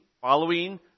following